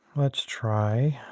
let's try